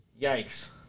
Yikes